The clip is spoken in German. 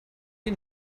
die